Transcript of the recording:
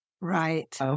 Right